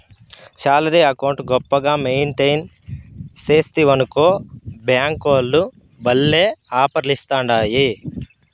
salary account గొప్పగా maintain సేస్తివనుకో బ్యేంకోల్లు భల్లే ఆపర్లిస్తాండాయి